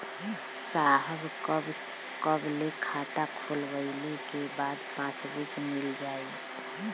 साहब कब ले खाता खोलवाइले के बाद पासबुक मिल जाई?